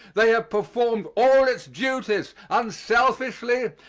they have performed all its duties unselfishly,